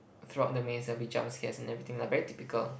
throughout the maze there will be jump scares and everything lah very typical